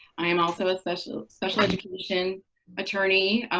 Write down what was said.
i am also a special special education attorney.